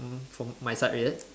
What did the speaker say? mm for my side is it